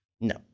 No